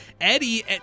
Eddie